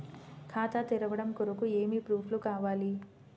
ఖాతా తెరవడం కొరకు ఏమి ప్రూఫ్లు కావాలి?